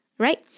Right